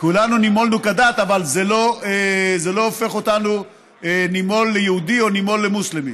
כולנו נימולנו כדת אבל זה לא הופך נימול ליהודי או נימול למוסלמי.